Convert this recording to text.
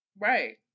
Right